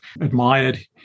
admired